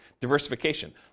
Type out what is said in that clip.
diversification